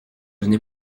venais